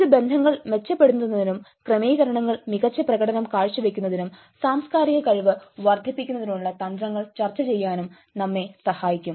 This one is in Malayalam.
ഇത് ബന്ധങ്ങൾ മെച്ചപ്പെടുത്തുന്നതിനും ക്രമീകരണങ്ങളിൽ മികച്ച പ്രകടനം കാഴ്ചവയ്ക്കുന്നതിനും സാംസ്കാരിക കഴിവ് വർദ്ധിപ്പിക്കുന്നതിനുള്ള തന്ത്രങ്ങൾ ചർച്ചചെയ്യാനും നമ്മെ സഹായിക്കും